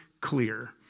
clear